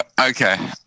Okay